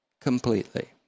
completely